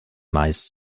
meist